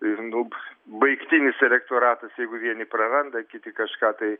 ir nu b baigtinis elektoratas jeigu vieni praranda kiti kažką tai